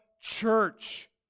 church